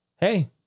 Hey